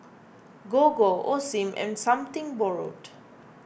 Gogo Osim and Something Borrowed